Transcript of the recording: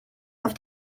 auf